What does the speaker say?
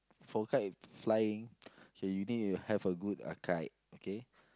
for kite flying okay you need to have a good uh kite okay